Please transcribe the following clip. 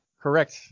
Correct